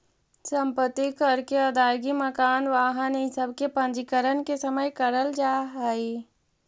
सम्पत्ति कर के अदायगी मकान, वाहन इ सब के पंजीकरण के समय करल जाऽ हई